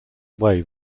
away